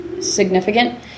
significant